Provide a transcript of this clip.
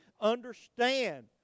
understand